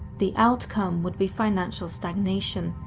the outcome would be financial stagnation,